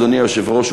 אדוני היושב-ראש,